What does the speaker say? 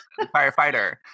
firefighter